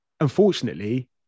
unfortunately